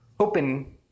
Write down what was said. Open